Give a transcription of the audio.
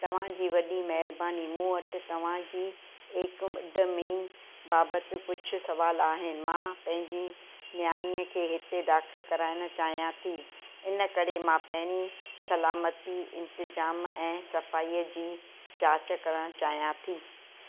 तव्हां जी वॾी महिरबानी मूं वटि तव्हां जी एक डमी बाबति कुझु सुवाल आहिनि मां पंहिंजी नियाणीअ खे हिते दाखिलु कराइणु चाहियां थी इन करे मां पहिरीं सलामती इंतिजाम ऐं सफ़ाईअ जी जाच करणु चाहियां थी